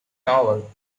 novel